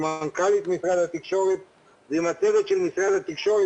עם מנכ"לית משרד התקשורת ועם הצוות של משרד התקשורת,